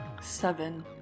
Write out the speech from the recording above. seven